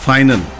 Final